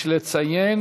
יש לציין